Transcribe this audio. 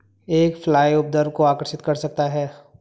एक फ्लाई उपद्रव को आकर्षित कर सकता है?